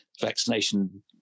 vaccination